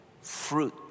fruit